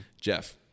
Jeff